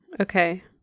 okay